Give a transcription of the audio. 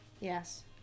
Yes